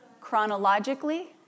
Chronologically